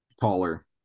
taller